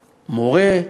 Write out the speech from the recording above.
מורה,